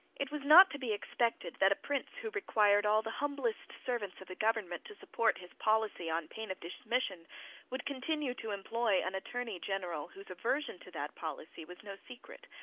it was not to be expected that a prince who required all the humblest servants of the government to support his policy on pain of dismission would continue to employ an attorney general whose aversion to that policy was no secret.